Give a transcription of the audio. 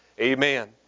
Amen